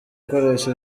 gukoresha